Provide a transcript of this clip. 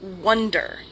wonder